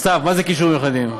סתיו, מה זה כישורים מיוחדים?